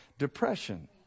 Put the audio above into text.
depression